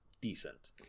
Decent